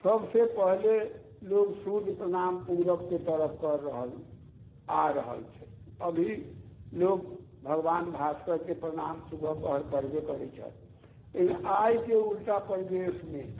सभसँ पहले लोग सूर्य प्रणाम पूरबके तरफ कर रहल आ रहल छै अभी लोग भगवान भास्करके प्रणाम सुबह पहर करबे करै छथि लेकिन आइके उल्टा परिवेशमे